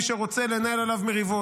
למי שרוצה לנהל עליהם מריבות.